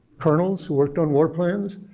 colonels who worked on war plans.